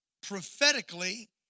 prophetically